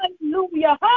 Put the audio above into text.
Hallelujah